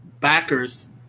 backers